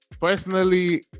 Personally